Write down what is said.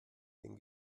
dem